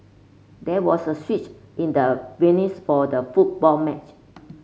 there was a switch in the venues for the football match